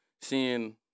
seeing